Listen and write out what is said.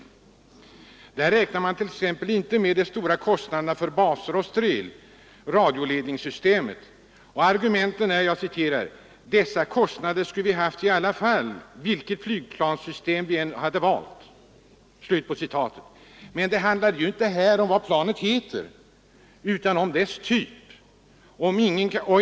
I denna broschyr räknar man t.ex. inte med de stora kostnaderna för baser och för STRIL — radioledningssystemet. Argumentet är: ”Dessa kostnader skulle vi haft i alla fall, vilket flygplanssystem vi än skulle valt.” Men det handlar ju här inte om vad planet heter utan om dess typ.